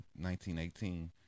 1918